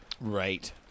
Right